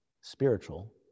spiritual